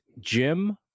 Jim